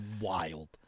wild